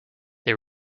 they